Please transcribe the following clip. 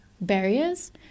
barriers